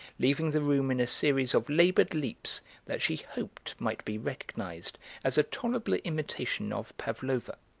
leaving the room in a series of laboured leaps that she hoped might be recognised as a tolerable imitation of pavlova.